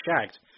shagged